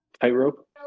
tightrope